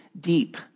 deep